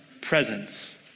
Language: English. presence